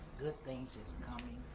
good things that's coming